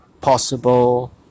possible